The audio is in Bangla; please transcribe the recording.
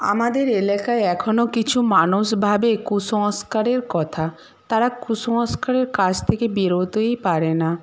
আমাদের এলাকায় এখনও কিছু মানুষ ভাবে কুসংস্কারের কথা তারা কুসংস্কারের কাছ থেকে বেরোতেই পারে না